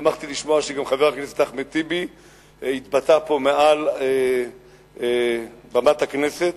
שמחתי לשמוע שגם חבר הכנסת אחמד טיבי התבטא פה מעל במת הכנסת,